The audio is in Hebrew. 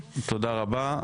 תודה רבה.